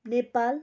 Nepal